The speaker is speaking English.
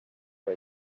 for